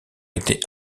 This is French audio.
été